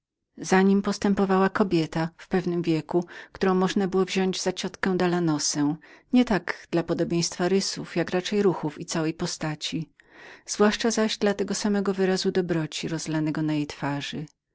niemi postępowała kobieta w pewnym wieku którą można było wziąść za moją ciotkę dalanosę nie tak dla podobieństwa rysów jak raczej ruchów i całej postaci zwłaszcza zaś dla tego samego wyrazu dobroci rozlanego na jej twarzy